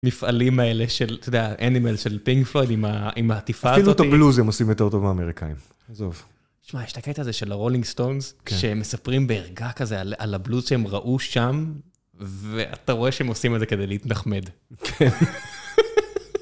מפעלים האלה של, אתה יודע, אנימל של פינקפלויד עם העטיפה הזאתי. אפילו את הבלוז הם עושים יותר טוב מאמריקאים. עזוב. תשמע, יש את הקטע הזה של הרולינג סטונס, כשהם מספרים בערגה כזה על הבלוז שהם ראו שם, ואתה רואה שהם עושים את זה כדי להתנחמד. כן.